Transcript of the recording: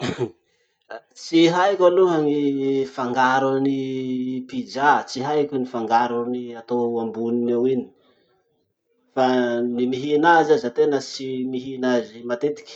Tsy haiko aloha gny fangaron'ny pizza. Tsy haiko ny fangaron'ny atao eo amboniny eo iny. Fa ny mihina azy aza tena tsy mihina azy matetiky.